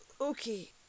Okay